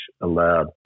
allowed